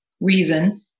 reason